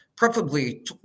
preferably